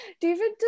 David